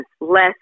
less